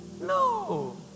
No